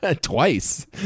Twice